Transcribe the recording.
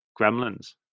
Gremlins